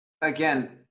Again